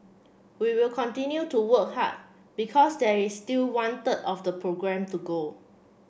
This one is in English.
we will continue to work hard because there is still one third of the programme to go